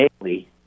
daily